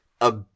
a-